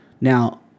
Now